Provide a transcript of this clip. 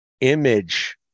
image